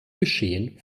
geschehen